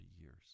years